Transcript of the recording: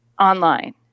online